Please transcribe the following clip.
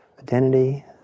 identity